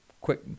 quick